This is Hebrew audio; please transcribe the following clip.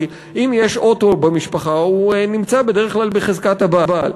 כי אם יש אוטו במשפחה הוא נמצא בדרך כלל בחזקת הבעל.